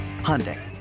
Hyundai